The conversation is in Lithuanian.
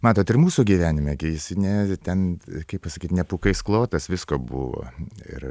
matot ir mūsų gyvenime gi jis ne ten kaip pasakyt ne pūkais klotas visko buvo ir